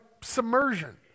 submersion